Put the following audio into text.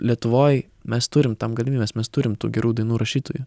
lietuvoj mes turim tam galimybes mes turim tų gerų dainų rašytojų